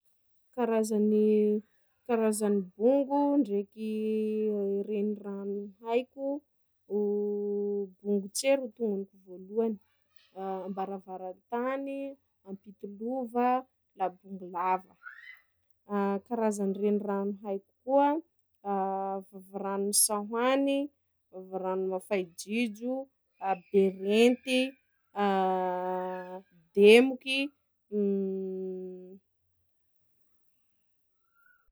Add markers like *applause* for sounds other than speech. Karazagny karazagny bongo ndreky renirano haiko: bongo tsie ro tononiko vôlohany, *hesitation* Ambaravaratany, Ampitolova, da Bongolava; *hesitation* karazagny renirano haiko koa: *hesitation* vavaranon'ny Sahoany, *hesitation* vavaranon'ny Mafaidrijo, a Berenty, *hesitation* Demoky. *hesitation*